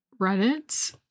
Reddit